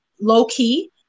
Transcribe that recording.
low-key